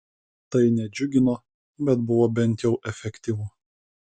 tai nedžiugino bet buvo bent jau efektyvu